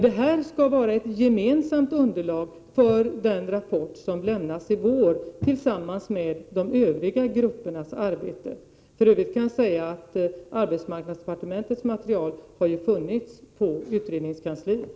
Detta skall vara ett gemensamt underlag för den rapport som lämnas i vår tillsammans med de övriga gruppernas arbete. För övrigt kan jag säga att arbetsmarknadsdepartementets material har funnits på utredningskansliet.